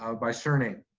ah by surname?